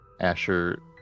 asher